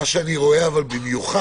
מה שאני רואה במיוחד